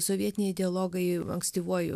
sovietiniai ideologai ankstyvuoju